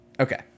Okay